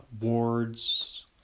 Wards